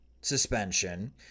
suspension